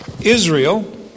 Israel